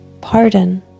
pardon